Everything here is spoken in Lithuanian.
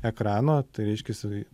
ekrano tai reiškiasi